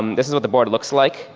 this is what the board looks like,